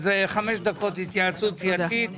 אז חמש דקות התייעצות סיעתית.